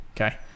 okay